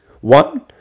one